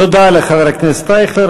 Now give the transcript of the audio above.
תודה לחבר הכנסת אייכלר.